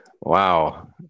wow